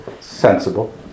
sensible